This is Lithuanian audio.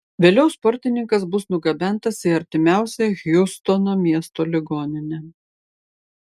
vėliau sportininkas bus nugabentas į artimiausią hjustono miesto ligoninę